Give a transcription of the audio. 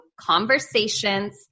conversations